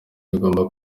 bigomba